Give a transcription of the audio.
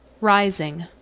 Rising